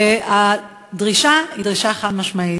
הדרישה היא דרישה חד-משמעית.